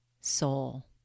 soul